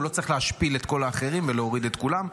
לא צריך להשפיל את כל האחרים ולהוריד את כולם.